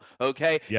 Okay